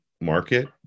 market